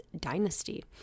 dynasty